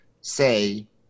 say